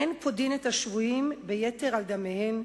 "אין פודין את השבויים ביתר על דמיהן,